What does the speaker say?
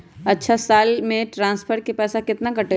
अछा साल मे ट्रांसफर के पैसा केतना कटेला?